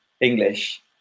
English